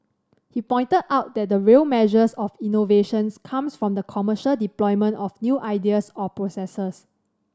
he pointed out that the real measures of innovations comes from the commercial deployment of new ideas or processes